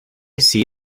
see